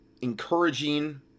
encouraging